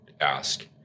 ask